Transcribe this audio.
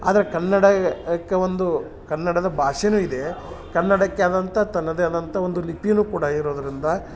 ಆದ್ರೆ ಕನ್ನಡ ಅಕ್ಕೆ ಒಂದು ಕನ್ನಡದ ಭಾಷೆನು ಇದೆ ಕನ್ನಡಕ್ಕೆ ಆದಂತ ತನ್ನದೇ ಆದಂಥ ಒಂದು ಲಿಪಿನು ಕೂಡ ಇರೋದರಿಂದ